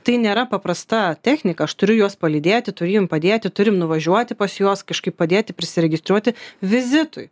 tai nėra paprasta technika aš turiu juos palydėti turiu jiem padėti turim nuvažiuoti pas juos kažkaip padėti prisiregistruoti vizitui